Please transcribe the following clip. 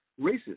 racist